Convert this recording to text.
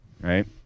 right